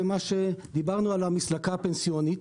דיברנו על המסלקה הפנסיונית,